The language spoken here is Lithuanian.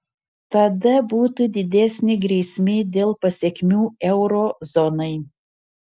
tada būtų didesnė grėsmė dėl pasekmių euro zonai